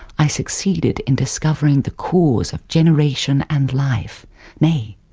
i succeeded in discovering the cause of generation and life nay,